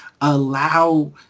allow